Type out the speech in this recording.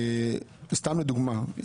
לדוגמה,